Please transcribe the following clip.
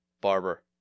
Barber